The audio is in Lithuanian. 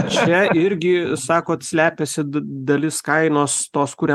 čia irgi sakot slepiasi d dalis kainos tos kurią